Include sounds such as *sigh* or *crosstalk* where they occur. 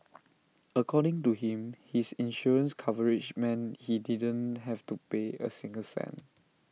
*noise* according to him his insurance coverage meant he didn't have to pay A single cent